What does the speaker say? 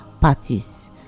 parties